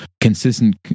consistent